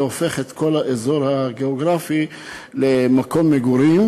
וזה הופך את כל האזור הגיאוגרפי למקום מגורים,